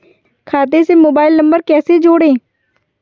खाते से mobile number कैसे जोड़ें?